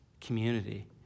community